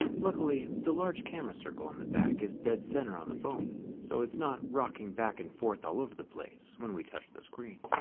luckily, the large camera circle on the back is dead center on the phone so it's not rocking back and forth all over the place when we touch the screen.